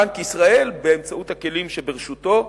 בנק ישראל, באמצעות הכלים שברשותו,